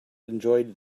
enjoyed